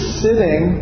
sitting